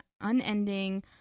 unending